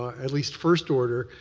at least first order.